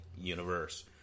universe